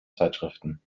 zeitschriften